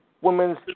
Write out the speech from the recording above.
women's